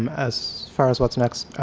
um as far as what's next,